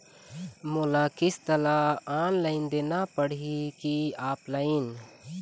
मोला किस्त ला ऑनलाइन देना पड़ही की ऑफलाइन?